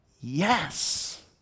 Yes